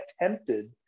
attempted